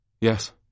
Yes